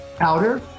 *Outer*